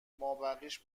مابقیش